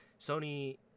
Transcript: sony